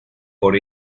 por